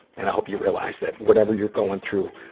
and i hope you realize that, whatever you're going through,